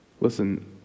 Listen